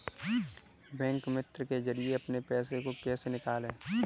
Bank मित्र के जरिए अपने पैसे को कैसे निकालें?